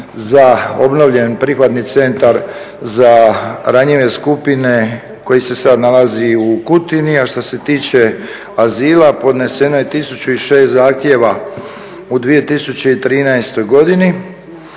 za, obnovljen prihvatni centar za ranjene skupine koji se sad nalazi u Kutini, a što se tiče azila, podneseno je 1006 zahtjeva u 2013. godini,